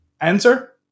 Answer